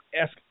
ask